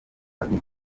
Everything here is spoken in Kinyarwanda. binteye